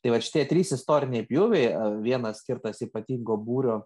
tai va šitie trys istoriniai pjūviai e vienas skirtas ypatingo būrio